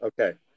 Okay